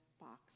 box